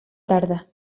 tarda